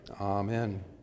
Amen